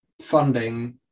funding